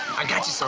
i got you so